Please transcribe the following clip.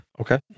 Okay